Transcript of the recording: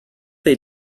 they